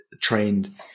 trained